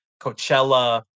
Coachella